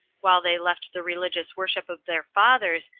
while they left the religious worship of their fathers,